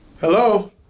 Hello